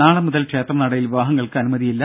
നാളെ മുതൽ ക്ഷേത്രനടയിൽ വിവാഹങ്ങൾക്ക് അനുമതിയില്ല